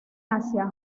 asia